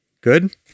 Good